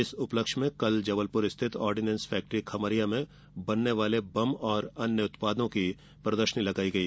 इस उपलक्ष्य में कल जबलपुर स्थित आर्डिनेंस फैक्ट्री खमरिया में बनने वाले बम और अन्य उत्पादों की प्रदर्शनी लगाई गई